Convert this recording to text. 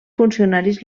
funcionaris